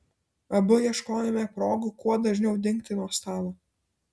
abu ieškojome progų kuo dažniau dingti nuo stalo